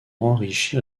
enrichir